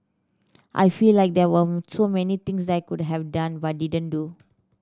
I felt like there were so many things I could have done but didn't do